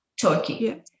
Turkey